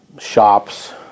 shops